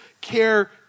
care